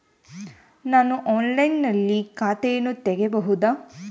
ನಾನು ಆನ್ಲೈನಿನಲ್ಲಿ ಖಾತೆಯನ್ನ ತೆಗೆಯಬಹುದಾ?